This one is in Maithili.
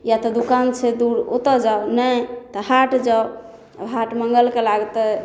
या तऽ दुकान छै दूर ओतऽ जाउ नहि तऽ हाट जाउ हाट मङ्गलके लागतै